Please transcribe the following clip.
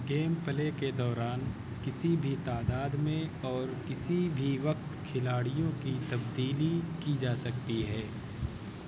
game play کے دوران کسی بھی تعداد میں اور کسی بھی وقت کھلاڑیوں کی تبدیلی کی جا سکتی ہے